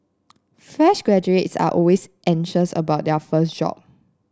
fresh graduates are always anxious about their first job